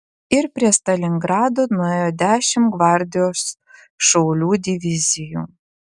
ir prie stalingrado nuėjo dešimt gvardijos šaulių divizijų